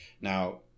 Now